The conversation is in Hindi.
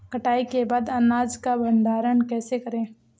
कटाई के बाद अनाज का भंडारण कैसे करें?